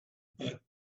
but